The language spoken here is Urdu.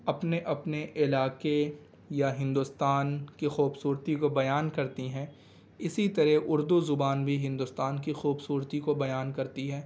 اپنے اپنے علاقے یا ہندوستان کی خوبصورتی کو بیان کرتی ہیں اسی طرح اردو زبان بھی ہندوستان کی خوبصورتی کو بیان کرتی ہے